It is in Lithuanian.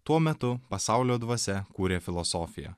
tuo metu pasaulio dvasia kūrė filosofiją